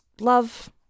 love